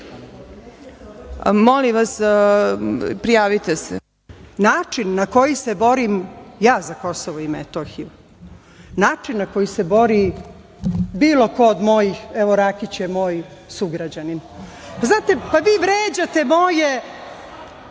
Tabaković** Način na koji se borim ja za Kosovo i Metohiju, način na koji se bori bilo ko od mojih, evo Rakić je moj sugrađanin, pa znate, vi vređate moje